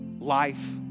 life